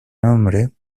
nombre